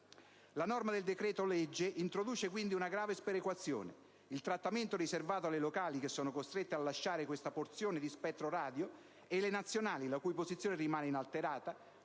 La norma del decreto-legge introduce, quindi, una grave sperequazione in ordine al trattamento riservato alle reti locali, che sono costrette a lasciare questa porzione di spettro radio, e a quello delle reti nazionali, la cui posizione rimane inalterata.